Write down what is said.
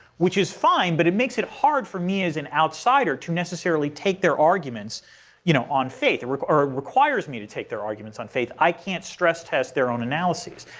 which is fine, but it makes it hard for me as an outsider to necessarily take their arguments you know on faith or it ah requires me to take their arguments on faith. i can't stress test their own analysis.